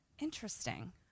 interesting